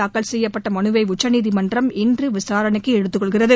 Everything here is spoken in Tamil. தாக்கல் செய்யப்பட்ட மனுவை உச்சநீதிமன்றம் இன்று விசாரணைக்கு எடுத்துக்கொள்கிறது